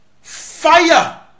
Fire